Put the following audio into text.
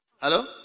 Hello